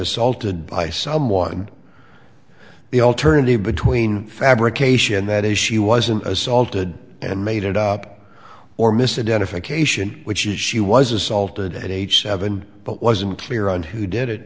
assaulted by someone the alternative between fabrication that is she wasn't assaulted and made it up or misidentification which is she was assaulted at age seven but wasn't clear on who did it